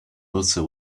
butter